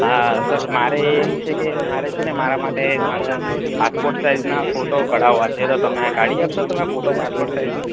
હા સર મારે એમ છે કે મારે છે ને મારા માટે એક મારા પાસપોટ સાઈઝના ફોટો કઢાવવા છે તો તમે કાઢી આપશો તમે ફોટો પાસપોટ સાઈઝના